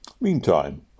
Meantime